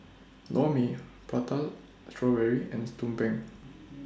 Lor Mee Prata Strawberry and Tumpeng